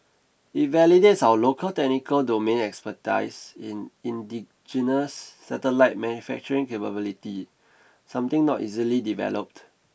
it validates our local technical domain expertise in indigenous satellite manufacturing capability something not easily developed